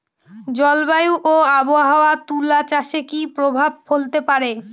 জলবায়ু ও আবহাওয়া তুলা চাষে কি প্রভাব ফেলতে পারে?